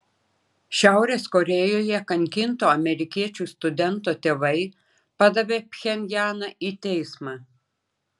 šiaurės korėjoje kankinto amerikiečių studento tėvai padavė pchenjaną į teismą